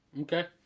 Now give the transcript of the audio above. Okay